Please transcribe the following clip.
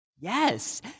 Yes